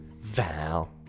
Val